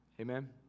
Amen